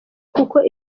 kuko